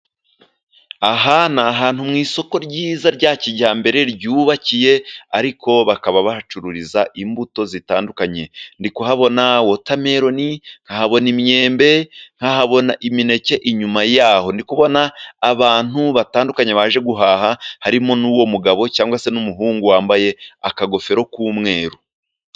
Aha ni ahantu mu isoko ryiza rya kijyambere ryubakiye ariko bakaba bahacururiza imbuto zitandukanye ndi kuhabona wotameroni, nkahabona imyembe, nkahabona imineke. Inyuma yaho ndi kubona abantu batandukanye baje guhaha harimo n'uwo mugabo cyangwa se n'umuhungu wambaye akagofero k'umweru.